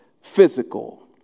physical